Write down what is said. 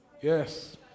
Yes